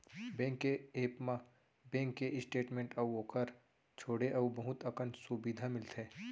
bank के app म bank के स्टेट मेंट अउ ओकर छोंड़े अउ बहुत अकन सुबिधा मिलथे